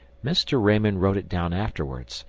mr. raymond wrote it down afterwards,